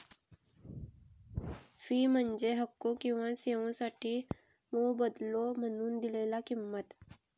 fee म्हणजे हक्को किंवा सेवोंसाठी मोबदलो म्हणून दिलेला किंमत